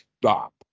stop